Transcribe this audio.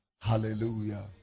Hallelujah